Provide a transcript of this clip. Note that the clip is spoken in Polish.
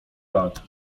lat